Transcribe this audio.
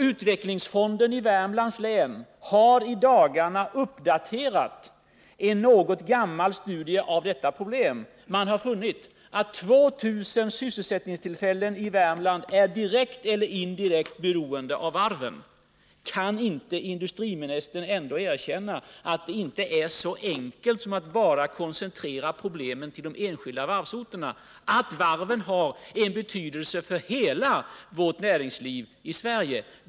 Utvecklingsfonden i Värmlands län har i dagarna uppdaterat en något 41 gammal studie av detta problem. Man har funnit att 2 000 sysselsättningstillfällen i Värmland är direkt eller indirekt beroende av varven. Kan inte industriministern erkänna att det inte är så enkelt som att bara koncentrera problemen till de enskilda varvsorterna? Varven har en betydelse för hela vårt näringsliv i Sverige.